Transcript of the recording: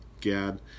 Gad